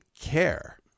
care